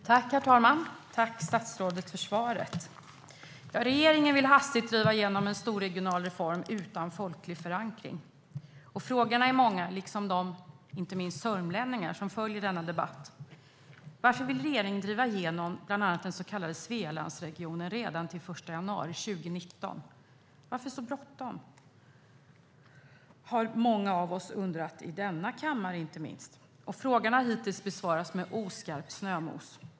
Herr talman! Tack, statsrådet, för svaret! Regeringen vill hastigt driva igenom en storregional reform utan folklig förankring. Frågorna är många, liksom de sörmlänningar som följer denna debatt. Varför vill regeringen driva igenom bland annat den så kallade Svealandsregionen redan till den 1 januari 2019? Varför så bråttom? Det har många av oss undrat, inte minst i denna kammare. Frågan har hittills besvarats med oskarpt snömos.